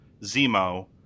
Zemo